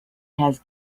has